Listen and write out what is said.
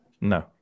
No